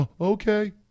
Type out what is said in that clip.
Okay